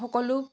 সকলো